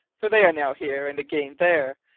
for they are now here and again there,